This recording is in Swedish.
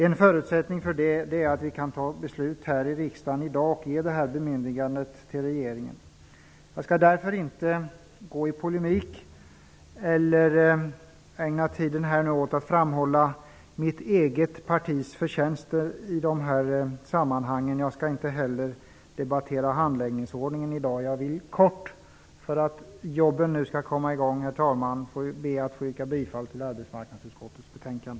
En förutsättning för det är att riksdagen kan fatta beslut i dag och ge regeringen detta bemyndigande. Jag skall därför inte gå i polemik eller ägna tiden åt att framhålla mitt eget partis förtjänster i dessa sammanhang. Jag skall inte heller debattera handläggningsordningen i dag. Herr talman! Jag ber kort -- för att jobben nu skall komma i gång -- att få yrka bifall till hemställan i arbetsmarknadsutskottets betänkande.